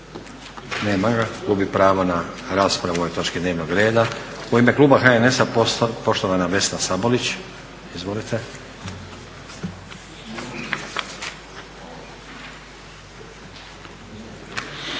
Nema ga, gubi pravo na raspravu o ovoj točki dnevnog reda. U ime kluba HNS-a poštovana Vesna Sabolić, izvolite.